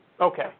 Okay